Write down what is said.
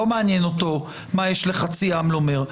לא מעניין אותו מה יש לחצי העם לומר.